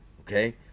Okay